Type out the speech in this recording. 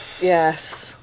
Yes